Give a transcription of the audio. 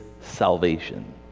salvation